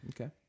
Okay